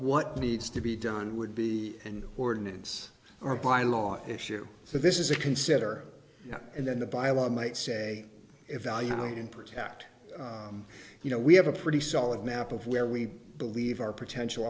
what needs to be done would be an ordinance or bylaw issue so this is a consider and then the bylaws might say evaluate and protect you know we have a pretty solid map of where we believe our potential